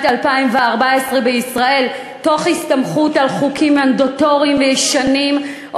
2014 בישראל מתוך הסתמכות על חוקים מנדטוריים ישנים,